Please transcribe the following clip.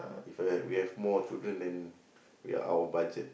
uh if we have we have more children then we are out of budget